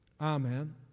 Amen